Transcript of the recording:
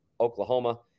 Oklahoma